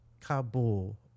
Kabul